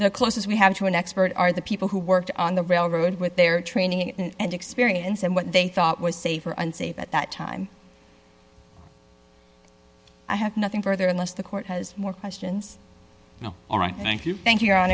the closest we have to an expert are the people who worked on the railroad with their training and experience and what they thought was safe or unsafe at that time i have nothing further unless the court has more questions all right thank you thank your hon